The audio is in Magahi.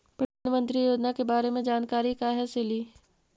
प्रधानमंत्री योजना के बारे मे जानकारी काहे से ली?